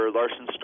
Larson